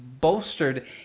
bolstered